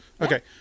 okay